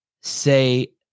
say